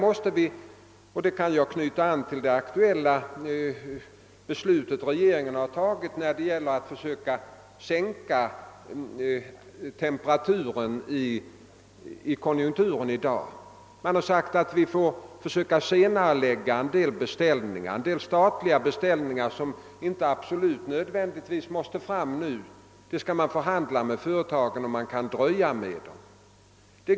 Jag kan där anknyta till det beslut som regeringen nyligen fattat om att försöka dämpa överhettningen i dagens konjunktur. Vi har sålunda sagt att vi skall försöka senarelägga en del statliga beställningar, som inte nödvändigtvis måste färdigställas nu. Vi skall förhandla med företagen om att dröja med dem.